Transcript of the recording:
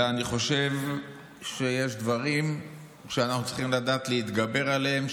אלא אני חושב שיש דברים שאנחנו צריכים לדעת להתגבר עליהם,